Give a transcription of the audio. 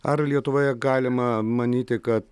ar lietuvoje galima manyti kad